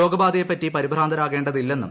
രോഗബാധയെപ്പറ്റി പരിഭ്രാന്തരാകേണ്ടതില്ലെന്നു